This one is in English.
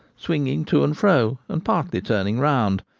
swinging to and fro and partly turning round.